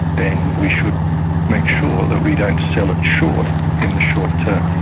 then we should make sure that we don't sell it short in the short term.